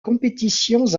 compétitions